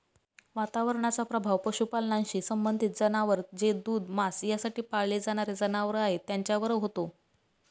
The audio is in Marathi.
वातावरणाचा प्रभाव पशुपालनाशी संबंधित जनावर जे दूध, मांस यासाठी पाळले जाणारे जनावर आहेत त्यांच्यावर होतो